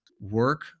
work